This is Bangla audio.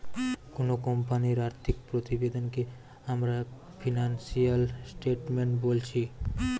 কুনো কোম্পানির আর্থিক প্রতিবেদনকে আমরা ফিনান্সিয়াল স্টেটমেন্ট বোলছি